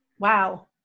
Wow